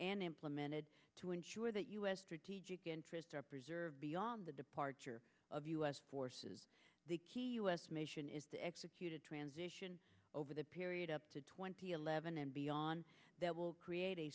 and implemented to ensure that u s strategic interests are preserved beyond the departure of u s forces the u s mission is to execute a transition over the period up to twenty eleven and beyond that will create a